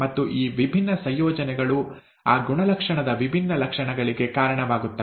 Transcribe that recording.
ಮತ್ತು ಈ ವಿಭಿನ್ನ ಸಂಯೋಜನೆಗಳು ಆ ಗುಣಲಕ್ಷಣದ ವಿಭಿನ್ನ ಲಕ್ಷಣಗಳಿಗೆ ಕಾರಣವಾಗುತ್ತವೆ